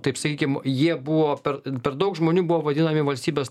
taip sakykim jie buvo per per daug žmonių buvo vadinami valstybės